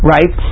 Right